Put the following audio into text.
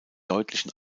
deutlichen